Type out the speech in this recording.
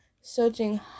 searching